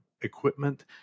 equipment